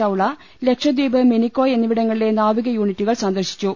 ചൌള ലക്ഷദ്വീപ് മിനിക്കോയ് എന്നിവിടങ്ങളിലെ നാവിക യൂണിറ്റു കൾ സന്ദർശിച്ചു